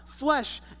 Flesh